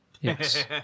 Yes